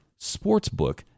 sportsbook